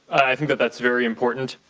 i think but that's very important.